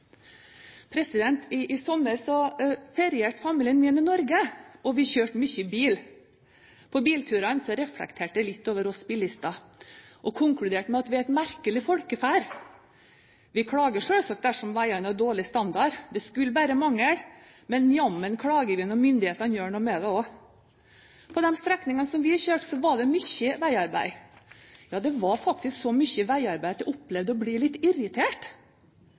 I sommer ferierte familien min i Norge, og vi kjørte mye bil. På bilturene reflekterte jeg litt over oss bilister og konkluderte med at vi er et merkelig folkeferd. Vi klager selvsagt dersom veiene har dårlig standard – det skulle bare mangle. Men jammen klager vi når myndighetene gjør noe med det også. På de strekningene vi kjørte, var det mye veiarbeid. Ja, det var faktisk så mye veiarbeid at jeg opplevde å bli litt irritert.